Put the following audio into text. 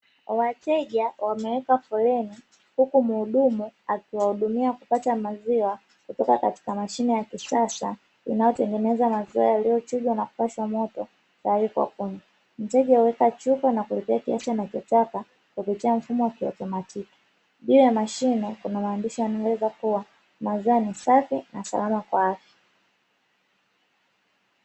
Wateja wameweka foleni huku mhudumu akiwahudumia kupata maziwa kutoka katika mashine ya kisasa inayotengenezwa maziwa yaliyochujwa na kupashwa moto, unalipwa na kuweka mzigo, weka chupa na kupata kiasi kupitia mfumo wa kiotomatiki, juu ya mashine kuna maandishi yameweza kuwa maziwa safi na salama kwa afya.